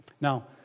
Now